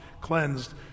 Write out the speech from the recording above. cleansed